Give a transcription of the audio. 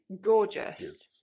gorgeous